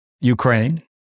Ukraine